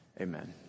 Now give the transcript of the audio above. Amen